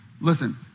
Listen